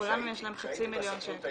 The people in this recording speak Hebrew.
--- לכולם יש חצי מיליון שקל.